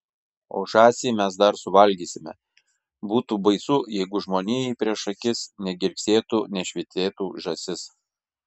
o žąsį mes dar suvalgysime būtų baisu jeigu žmonijai prieš akis negirgsėtų nešvytėtų žąsis